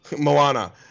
Moana